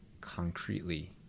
concretely